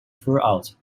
throughout